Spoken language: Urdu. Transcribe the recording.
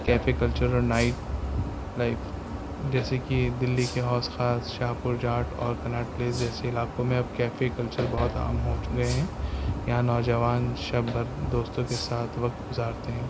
کیفے کلچر اور نائٹ لائف جیسے کہ دہلی کے حوض خاص شاہ پور جاٹ اور کناٹ پلیس جیسے علاقوں میں اب کیفے کلچر بہت عام ہو چکے ہیں یہاں نوجوان شب بھر دوستوں کے ساتھ وقت گزارتے ہیں